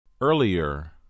earlier